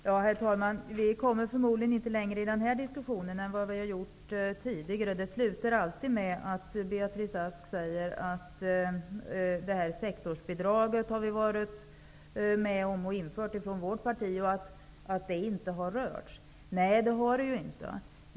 Herr talman! Vi kommer förmodligen inte längre i den här diskussionen, än vad vi har gjort tidigare. Det slutar alltid med att Beatrice Ask säger att vårt parti har varit med och infört sektorsbidraget och att det inte har rörts. Nej, det har det inte.